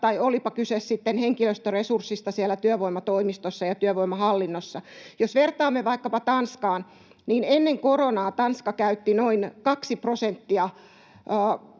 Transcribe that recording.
tai olipa kyse sitten henkilöstöresurssista siellä työvoimatoimistossa ja työvoimahallinnossa. Jos vertaamme vaikkapa Tanskaan, niin ennen koronaa Tanska käytti noin kaksi prosenttia